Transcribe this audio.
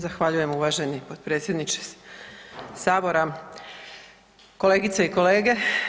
Zahvaljujem uvaženi potpredsjedniče sabora, kolegice i kolege.